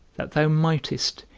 that thou mightest,